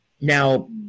Now